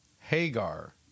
Hagar